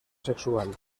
sexual